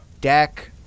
Deck